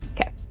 okay